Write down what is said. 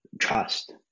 trust